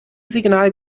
signal